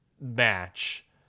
match